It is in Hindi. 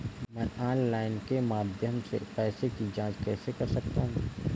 मैं ऑनलाइन के माध्यम से अपने पैसे की जाँच कैसे कर सकता हूँ?